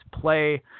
play